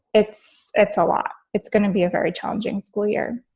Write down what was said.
it's it's a lot. it's going to be a very challenging school year